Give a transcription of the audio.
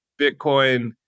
Bitcoin